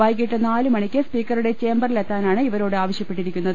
വൈകിട്ട് നാലു മണിക്ക് സ്പ്പീക്കറുടെ ചേംമ്പ റിലെത്താനാണ് ഇവരോട് ആവശ്യപ്പെട്ടിരിക്കുന്നത്